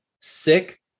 sick